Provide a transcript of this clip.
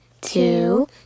two